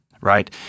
right